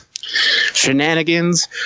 Shenanigans